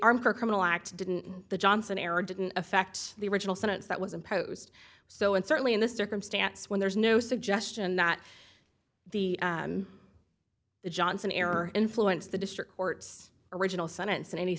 arm for criminal act didn't the johnson era didn't affect the original sentence that was imposed so and certainly in this circumstance when there's no suggestion that the the johnson error influence the district court's original sentence in any